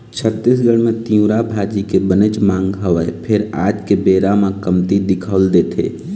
छत्तीसगढ़ म तिंवरा भाजी के बनेच मांग हवय फेर आज के बेरा म कमती दिखउल देथे